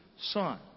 Son